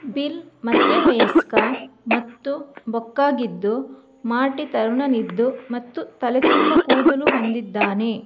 bill ಮಧ್ಯವಯಸ್ಕ ಮತ್ತು ಬೊಕ್ಕಾಗಿದ್ದು ಮಾರ್ಟಿ ತರುಣನಿದ್ದು ಮತ್ತು ತಲೆ ತುಂಬ ಕೂದಲು ಹೊಂದಿದ್ದಾನೆ